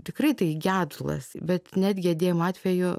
tikrai tai gedulas bet net gedėjimo atveju